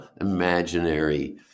imaginary